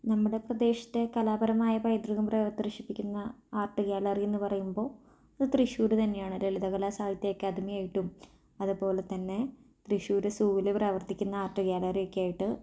നമ്മുടെ പ്രദേശത്തെ കലാപരമായ പൈതൃകം പ്രദർശിപ്പിക്കുന്ന ആർട്ട് ഗാലറി എന്ന് പറയുമ്പോൾ അത് തൃശ്ശൂര് തന്നെയാണ് ലളിതകല സാഹിത്യ അക്കാദമി ആയിട്ടും അതുപോലെ തന്നെ തൃശ്ശൂര് സൂവില് പ്രവർത്തിക്കുന്ന ആർട്ട് ഗാലറി ഒക്കെ ആയിട്ട്